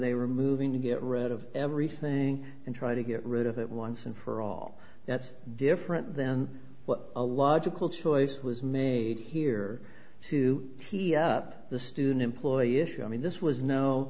they were moving to get rid of everything and try to get rid of it once and for all that's different than what a logical choice was made here to keep up the student employee issue i mean this was no